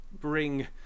bring